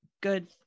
good